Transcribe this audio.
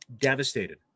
Devastated